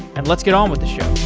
and let's get on with the show